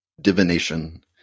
divination